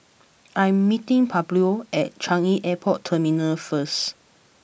I am meeting Pablo at Changi Airport Terminal first